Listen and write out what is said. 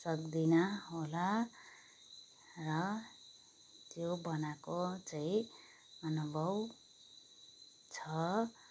सक्दिनँ होला र त्यो बनाएको चाहिँ अनुभव छ